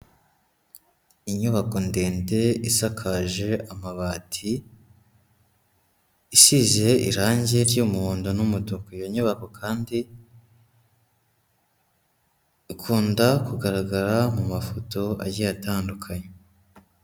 Inyubako ndende isakaje amabati, isize irangi ry'umuhondo n'umutuku iyo nyubako kandi ikunda kugaragara mu mafoto agiye atandukanye.